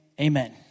amen